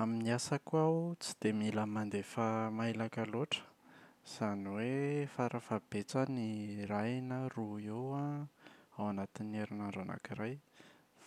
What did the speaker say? Amin’ny asako aho tsy dia mila mandefa mailaka loatra, izany hoe fara fahabetsany iray na roa eo an ao anatin’ny herinandro anakiray